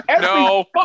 no